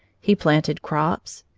he planted crops,